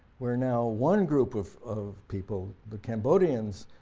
where now one group of of people, the cambodians,